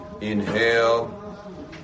Inhale